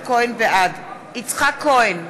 בעד יצחק כהן,